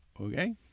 okay